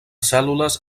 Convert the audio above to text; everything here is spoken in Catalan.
cèl·lules